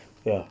ya